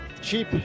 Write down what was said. cheap